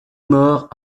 mort